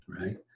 right